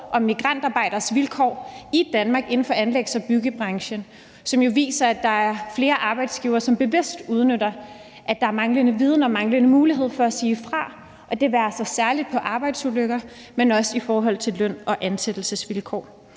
om migrantarbejderes vilkår i Danmark inden for anlægs- og byggebranchen, som jo viser, at der er flere arbejdsgivere, som bevidst udnytter, at der er manglende viden og manglende mulighed for at sige fra. Det være sig særlig i forhold til arbejdsulykker, men også i forhold til løn- og ansættelsesvilkår.